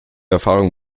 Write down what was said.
erfahrung